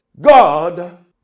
God